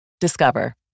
Discover